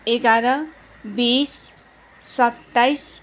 एघार बिस सत्ताइस